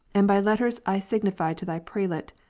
and by letters i signified to thy prelate,